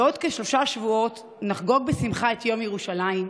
בעוד כשלושה שבועות נחגוג בשמחה את יום ירושלים,